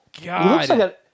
God